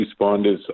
responders